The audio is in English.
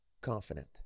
confident